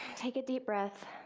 take a deep breath.